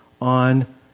on